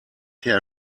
herr